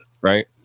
right